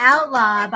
Outlaw